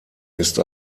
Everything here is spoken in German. ist